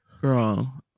Girl